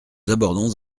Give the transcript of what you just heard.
abordons